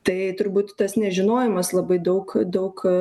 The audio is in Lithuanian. tai turbūt tas nežinojimas labai daug daug